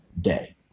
day